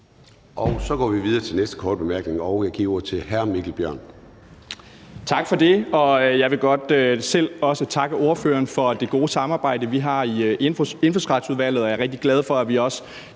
Så går vi videre til næste korte bemærkning, og jeg giver ordet til hr. Mikkel Bjørn. Kl. 10:10 Mikkel Bjørn (DF): Tak for det. Jeg vil også godt selv takke ordføreren for det gode samarbejde, vi har i Indfødsretsudvalget, og jeg er rigtig glad for, at vi også